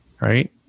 right